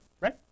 right